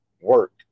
work